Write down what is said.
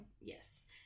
Yes